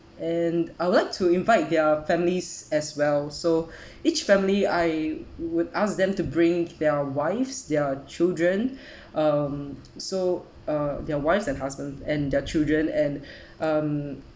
and I would like to invite their families as well so each family I would ask them to bring their wives their children um so uh their wives and husband and their children and um